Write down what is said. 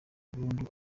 burundi